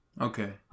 Okay